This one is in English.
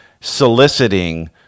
soliciting